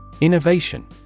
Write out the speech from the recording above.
innovation